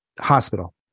Hospital